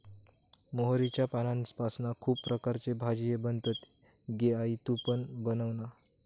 मोहरीच्या पानांपासना खुप प्रकारचे भाजीये बनतत गे आई तु पण बनवना